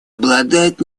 обладает